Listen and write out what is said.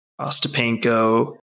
Ostapenko